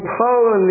power